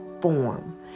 form